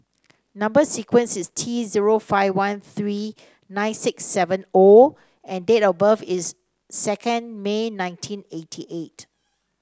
number sequence is T zero five one three nine six seven O and date of birth is second May nineteen eighty eight